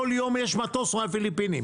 כל יום יש מטוס מהפיליפינים.